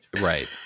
Right